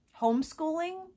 homeschooling